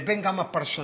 לבין גם הפרשנות,